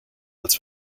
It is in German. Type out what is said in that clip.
als